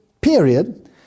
period